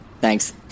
Thanks